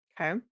Okay